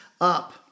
up